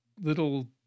little